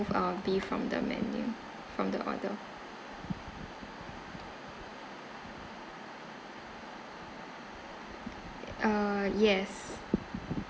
~ve uh beef from the menu from the order uh yes